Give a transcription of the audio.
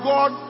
God